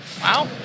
Wow